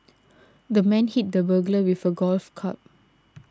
the man hit the burglar with a golf club